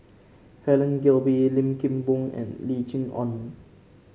Helen Gilbey Lim Kim Boon and Lim Chee Onn